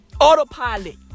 Autopilot